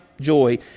joy